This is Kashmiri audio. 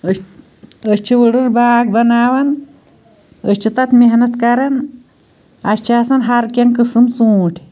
أسۍ أسۍ چھِ وُڈٕر باغ بَناوان أسۍ چھِ تَتھ محنت کران اسہِ چھِ آسان ہر کیٚنٛہہ قسٕم ژوٗنٛٹھۍ